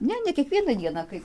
ne ne kiekvieną dieną kai